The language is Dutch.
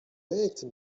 werkte